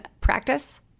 practice